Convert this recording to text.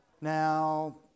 Now